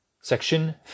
Section